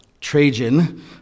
Trajan